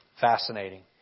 Fascinating